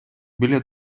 біля